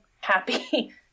happy